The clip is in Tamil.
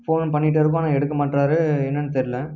ஃபோன் பண்ணிகிட்டு இருக்கோம் ஆனால் எடுக்க மாட்டுறாரு என்னென்னு தெரில